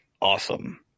awesome